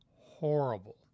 horrible